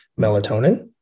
melatonin